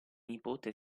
nipote